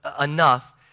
enough